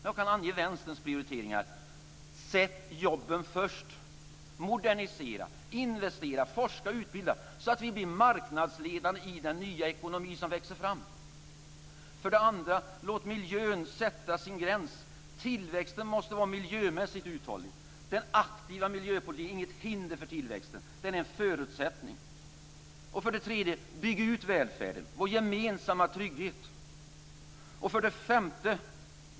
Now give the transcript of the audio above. Jag kan ange För det första: Sätt jobben främst! Modernisera, investera, forska och utbilda så att vi blir marknadsledande i den nya ekonomi som växer fram. För det andra: Låt miljön sätta sin gräns! Tillväxten måste vara miljömässigt uthållig. Den aktiva miljöpolitiken är inget hinder för tillväxten, den är en förutsättning. För det tredje: Bygg ut välfärden, vår gemensamma trygghet!